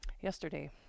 Yesterday